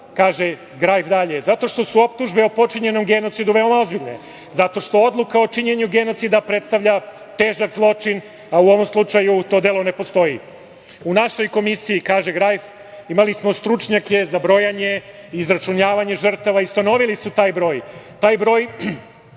„To je važno zato što su optužbe o počinjenom genocidu veoma ozbiljne, zato što odluka o činjenju genocida predstavlja težak zločin, a u ovom slučaju to delo ne postoji.“U našoj komisiji, kaže Grajf, imali smo stručnjake za brojanje i izračunavanje žrtava i ustanovili su taj broj. Taj broj